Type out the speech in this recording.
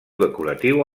decoratiu